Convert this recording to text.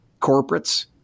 corporates